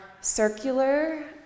circular